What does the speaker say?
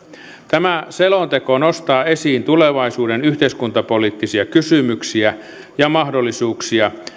tämä selonteko nostaa esiin tulevaisuuden yhteiskuntapoliittisia kysymyksiä ja mahdollisuuksia